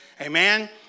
Amen